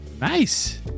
Nice